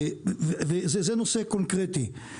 וזה נושא קונקרטי.